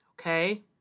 okay